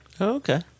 Okay